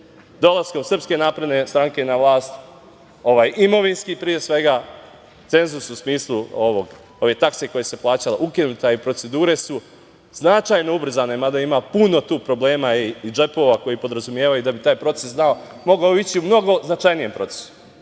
Dolaskom SNS na vlast, ovaj imovinski, pre svega, cenzus u smislu ove takse koja se plaćala, ukinuta je i procedure su značajno ubrzane, mada ima puno tu problema i džepova koji podrazumevaju da bi taj proces mogao ići u mnogo značajnijem procesu. Pri